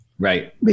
Right